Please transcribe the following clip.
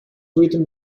written